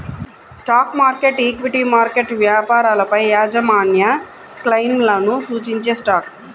stock market, equity market వ్యాపారాలపైయాజమాన్యక్లెయిమ్లను సూచించేస్టాక్